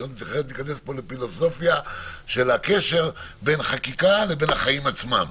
אחרת ניכנס פה לפילוסופיה של הקשר בין חקיקה לבין החיים עצמם.